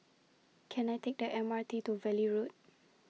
Can I Take The M R T to Valley Road